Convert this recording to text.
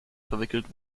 verwickelt